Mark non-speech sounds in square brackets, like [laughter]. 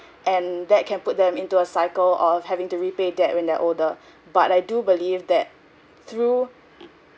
and that can put them into a cycle of having to repay debt when they are older [breath] but I do believe that through